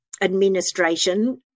administration